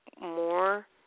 more